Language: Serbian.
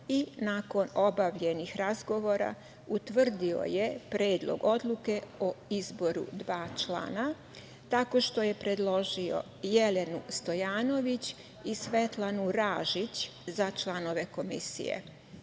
i nakon obavljenih razgovora utvrdio je Predlog odluke o izboru dva člana, tako što je predložio Jelenu Stojanović i Svetlanu Ražić za članove Komisije.